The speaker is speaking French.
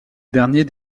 dernier